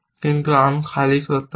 কিন্তু আর্ম খালি সত্য নয়